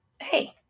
hey